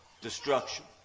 destruction